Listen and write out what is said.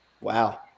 Wow